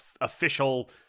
official